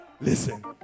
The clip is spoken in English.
listen